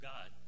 God